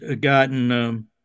gotten